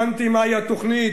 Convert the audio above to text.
הבנתי מהי התוכנית.